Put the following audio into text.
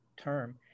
term